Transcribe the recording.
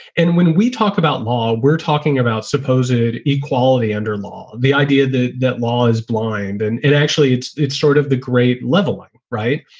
and when we talk about law, we're talking about supposedly equality under law. the idea that law is blind and it actually it's it's sort of the great leveller. right.